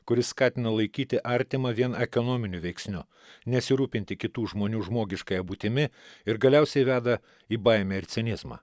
kuris skatina laikyti artimą vien ekonominiu veiksniu nesirūpinti kitų žmonių žmogiškąja būtimi ir galiausiai veda į baimę ir cinizmą